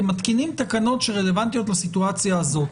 אתם מתקינים תקנות שרלוונטיות לסיטואציה הזאת.